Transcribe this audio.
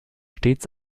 stets